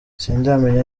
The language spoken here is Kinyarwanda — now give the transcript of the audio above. sindamenya